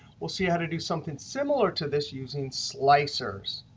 we'll see how to do something similar to this using slicers.